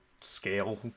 scale